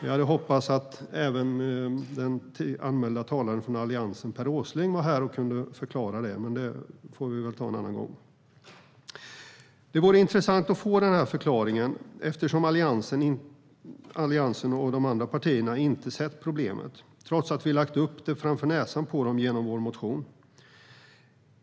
Jag hade hoppats att även den anmälda talaren från Alliansen, Per Åsling, skulle vara här och förklara, men det får vi väl ta en annan gång. Det skulle vara intressant att få förklaringen eftersom Alliansen och de andra partierna inte har sett problemet, trots att vi har lagt upp det framför näsan på dem i vår motion.